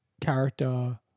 character